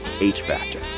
H-Factor